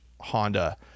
Honda